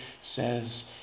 says